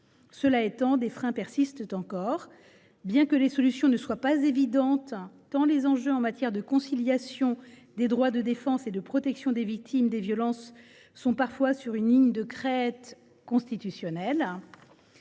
Cela étant, des freins persistent encore, mais les solutions ne sont pas évidentes tant l’enjeu de la conciliation des droits de la défense et de la protection des victimes de violences nous place parfois sur une ligne de crête constitutionnelle.